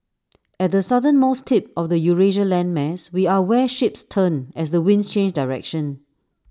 at the southernmost tip of the Eurasia landmass we are where ships turn as the winds change direction